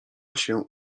się